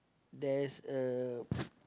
there's a